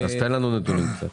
אז תן לנו נתונים קצת.